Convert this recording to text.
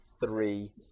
three